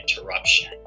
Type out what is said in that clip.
interruption